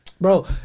Bro